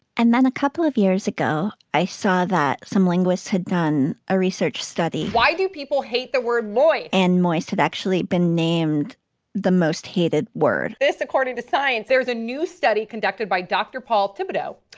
and then a couple of years ago, i saw that some linguists had done a research study. why do people hate the word boy and moist had actually been named the most hated word this according to science. there's a new study conducted by dr. paul thibodeaux.